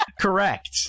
Correct